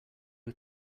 are